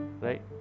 right